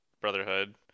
Brotherhood